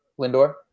Lindor